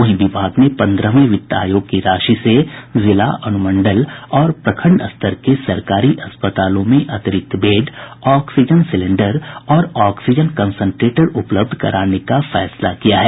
वहीं विभाग ने पन्द्रहवें वित्त आयोग की राशि से जिला अनुमंडल और प्रखंड स्तर के सरकारी अस्पतालों में अतिरिक्त बेड ऑक्सीजन सिलेंडर और ऑक्सीजन कंसंट्रेटर उपलब्ध कराने का फैसला किया है